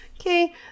Okay